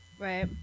Right